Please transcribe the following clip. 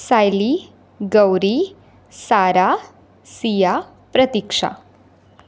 Sayali Gauri Sara Siya Pratiksha